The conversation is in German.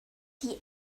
die